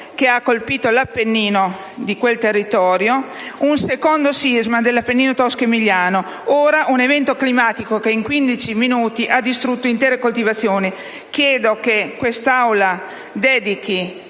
che ha colpito l'Appennino di quel territorio ed un secondo sisma nell'Appennino tosco-emiliano. Ora, infine, si è verificato un evento climatico che in 15 minuti ha distrutto intere coltivazioni. Chiedo che quest'Aula dedichi